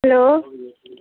hello